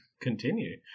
Continue